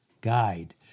guide